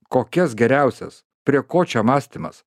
kokias geriausias prie ko čia mąstymas